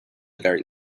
very